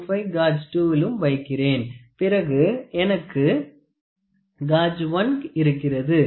25 காஜ் 2 லும் வைக்கிறேன் பிறகு எனக்கு காஜ் 1 இருக்கிறது